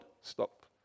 stop